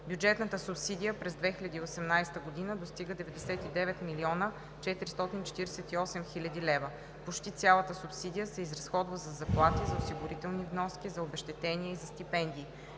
Бюджетната субсидия през 2018 г. достига 99 млн. 448 хил. лв. Почти цялата субсидия се изразходва за заплати, за осигурителни вноски, за обезщетения и за стипендии.